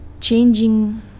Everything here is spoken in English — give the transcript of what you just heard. Changing